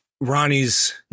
Ronnie's